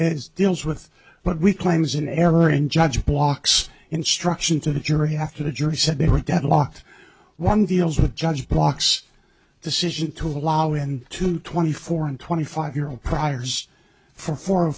as deals with but we claims an error in judge walks instruction to the jury after the jury said they were deadlocked one deals with judge blocks decision to allow in to twenty four and twenty five year old priors for fo